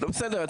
בסדר,